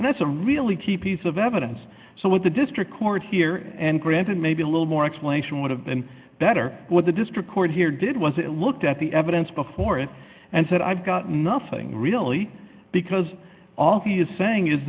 and that's a really key piece of evidence so what the district court here and granted may be a little more explanation would have been better with the district court here did was it looked at the evidence before it and said i've got nothing really because all he is saying is